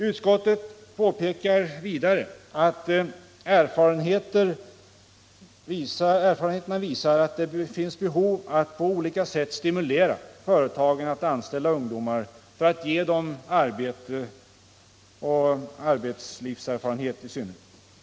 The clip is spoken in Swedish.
Utskottet påpekar vidare att erfarenheterna visar att det finns behov att på olika sätt stimulera företagen att anställa ungdomar för att ge dem arbetslivserfarenhet.